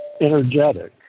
energetic